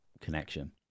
connection